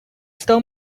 stole